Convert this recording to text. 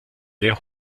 sehr